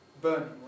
burning